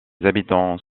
habitants